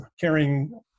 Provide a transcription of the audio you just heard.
carrying